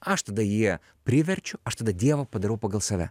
aš tada jie priverčiu aš tada dievą padarau pagal save